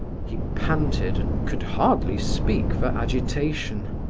he panted, and could hardly speak for agitation.